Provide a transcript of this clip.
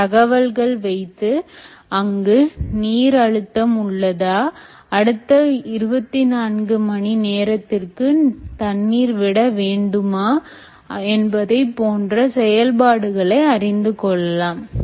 இந்த தகவல்கள் வைத்து அங்கு நீர் அழுத்தம் உள்ளதா அடுத்த 24 மணி நேரத்திற்குள்தண்ணீர் விட வேண்டுமா என்பதை போன்ற செயல்பாடுகளை அறிந்து கொள்ளலாம்